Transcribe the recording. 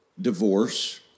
divorce